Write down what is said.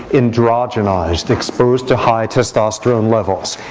androgenized, exposed to high testosterone levels?